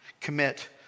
commit